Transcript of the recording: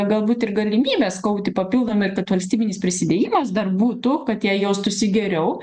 galbūt ir galimybės kaupti papildomai ir kad valstybinis prisidėjimas dar būtų kad jie jaustųsi geriau